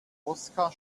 oskar